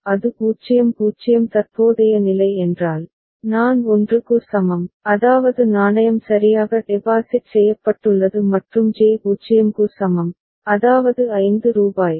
அது 0 0 தற்போதைய நிலை என்றால் நான் 1 க்கு சமம் அதாவது நாணயம் சரியாக டெபாசிட் செய்யப்பட்டுள்ளது மற்றும் ஜே 0 க்கு சமம் அதாவது ரூபாய் 5